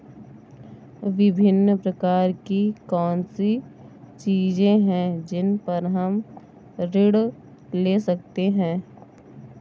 विभिन्न प्रकार की कौन सी चीजें हैं जिन पर हम ऋण ले सकते हैं?